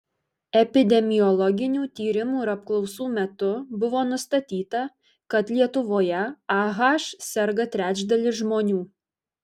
epidemiologinių tyrimų ir apklausų metu buvo nustatyta kad lietuvoje ah serga trečdalis žmonių